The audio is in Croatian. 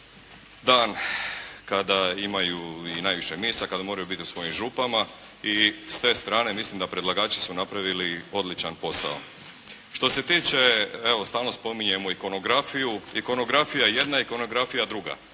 dan kada imaju i najviše misa, kada moraju biti u svojim župama i s te strane mislim da predlagači su napravili odličan posao. Što se tiče evo stalno spominjemo ikonografiju. Ikonografija jedna, ikonografija druga.